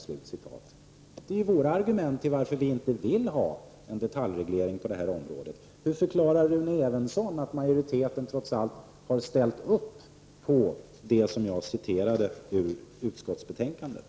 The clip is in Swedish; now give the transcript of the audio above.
Det är våra argument mot en detaljreglering på området. Men hur förklarar Rune Evensson detta med att majoriteten trots allt har ställt upp på det som jag återgav från utskottsbetänkandet?